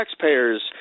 taxpayers